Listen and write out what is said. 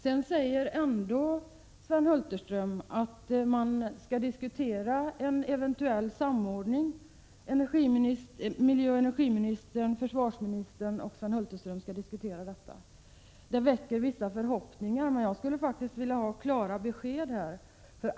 Sedan säger Sven Hulterström ändå att miljöoch energiministern, försvarsministern och Sven Hulterström själva skall diskutera en eventuell samordning. Det väcker vissa förhoppningar. Men jag skulle faktiskt vilja ha klara besked.